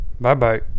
Bye-bye